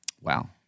Wow